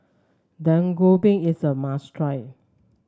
Dak Galbi is a must try